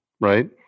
right